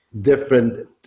Different